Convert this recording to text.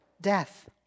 death